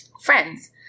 friends